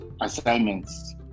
assignments